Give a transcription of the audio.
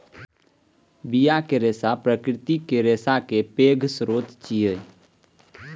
बियाक रेशा प्राकृतिक रेशा केर पैघ स्रोत छियै